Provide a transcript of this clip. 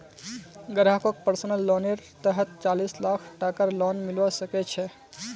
ग्राहकक पर्सनल लोनेर तहतत चालीस लाख टकार लोन मिलवा सके छै